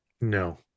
No